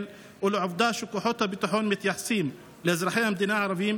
ולעובדה שכוחות הביטחון מתייחסים לאזרחי המדינה הערבים